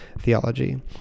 theology